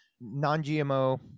non-gmo